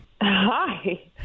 hi